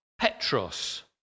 petros